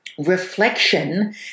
reflection